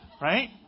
right